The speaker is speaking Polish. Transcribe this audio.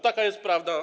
Taka jest prawda.